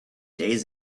days